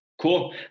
Cool